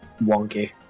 wonky